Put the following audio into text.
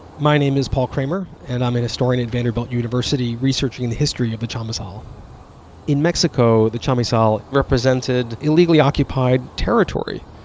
my name is paul kramer. and i'm a historian at vanderbilt university researching the history of the chamizal in mexico, mexico, the chamizal represented illegally occupied territory,